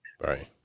Right